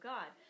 God